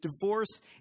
divorce